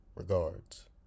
Regards